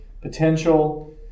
potential